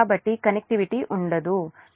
కాబట్టి కనెక్టివిటీ ఉండదు మరియు ఇది j0